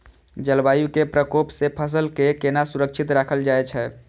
जलवायु के प्रकोप से फसल के केना सुरक्षित राखल जाय छै?